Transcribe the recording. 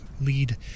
lead